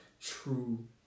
true